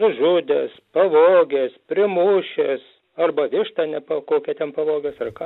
nužudęs pavogęs primušęs arba vištą nepa kokią ten pavogęs ar ką